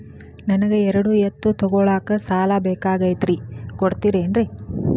ನನಗ ಎರಡು ಎತ್ತು ತಗೋಳಾಕ್ ಸಾಲಾ ಬೇಕಾಗೈತ್ರಿ ಕೊಡ್ತಿರೇನ್ರಿ?